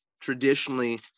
traditionally